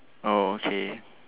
oh okay